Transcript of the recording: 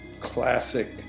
classic